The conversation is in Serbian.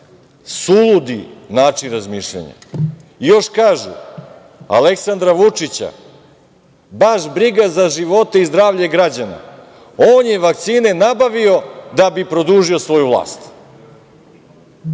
suludi način razmišljanja. Još kažu - Aleksandra Vučića baš briga za živote i zdravlje građana, on je vakcine nabavio da bi produžio svoju vlast.